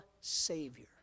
Savior